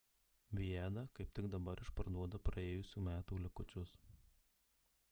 viada kaip tik dabar išparduoda praėjusių metų likučius